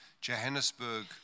Johannesburg